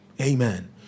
Amen